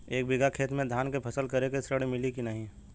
एक बिघा खेत मे धान के फसल करे के ऋण मिली की नाही?